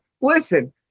Listen